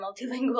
multilingual